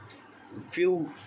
few